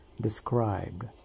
described